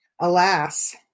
alas